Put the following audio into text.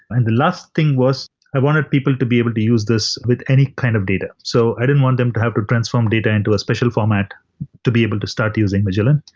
and the last thing was i wanted people to be able to use this with any kind of data. so i didn't want them to have to transform data into a special format to be able to start using magellan,